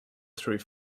through